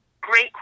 Great